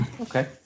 Okay